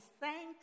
thanks